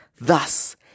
Thus